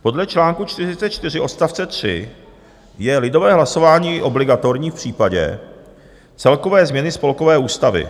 Podle čl. 44 odst. 3 je lidové hlasování i obligatorní v případě celkové změny spolkové ústavy.